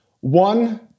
one